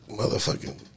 motherfucking